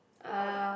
oh